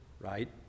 right